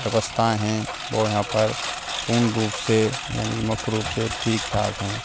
व्यवस्थाएँ हैं वो यहाँ पर पूर्ण रूप से यानी मुख्य रूप से ठीक ठाक हैं